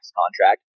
contract